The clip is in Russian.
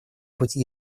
пути